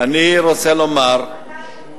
אני רוצה לומר, סליחה.